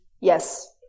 Yes